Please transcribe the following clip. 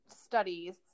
studies